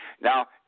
Now